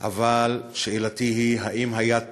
אבל שאלתי היא: האם היד תרעד,